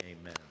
amen